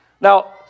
Now